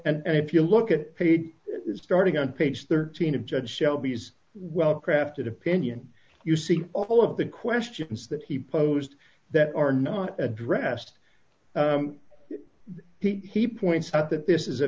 shelby and if you look at page starting on page thirteen of judge shelby's well crafted opinion you see all of the questions that he posed that are not addressed he points out that this is a